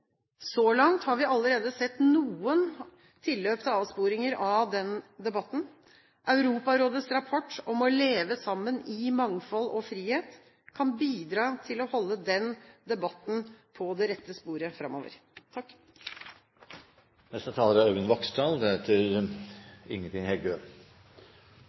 Så langt har vi allerede sett noen tilløp til avsporinger av den debatten. Europarådets rapport om å leve sammen i mangfold og frihet kan bidra til å holde den debatten på det rette sporet framover. Europarådet er